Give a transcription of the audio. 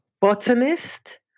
botanist